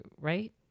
right